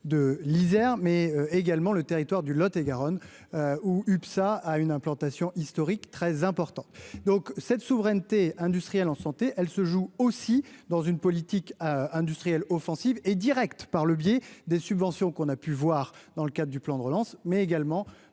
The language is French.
de l'Isère, mais également le territoire du Lot-et-Garonne ou UPSA à une implantation historique très important donc cette souveraineté industrielle en santé, elle se joue aussi dans une politique industrielle offensive et directe par le biais des subventions qu'on a pu voir dans le cadre du plan de relance, mais également